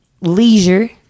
leisure